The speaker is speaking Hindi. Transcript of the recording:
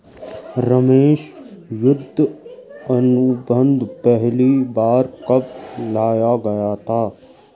रमेश युद्ध अनुबंध पहली बार कब लाया गया था?